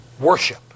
Worship